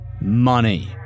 money